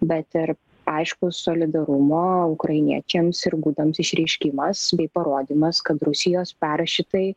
bet ir aiškų solidarumą ukrainiečiams ir gudams išreiškimas bei parodymas kad rusijos perrašytai